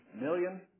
million